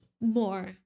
more